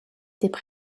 étaient